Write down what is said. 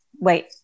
Wait